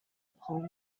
prendre